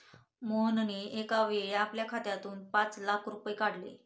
मोहनने एकावेळी आपल्या खात्यातून पाच लाख रुपये काढले